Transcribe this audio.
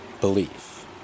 belief